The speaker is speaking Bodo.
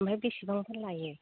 ओमफ्राय बेसेबांथो लायो